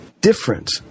different